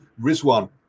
Rizwan